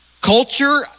culture